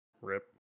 Rip